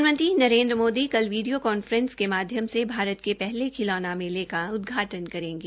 प्रधानमंत्री नरेन्द्र मोदी कल video conference के माध्यम से भारत के पहले खिलौना मेले का उदघाटन करेंगे